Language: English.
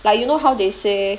like you know how they say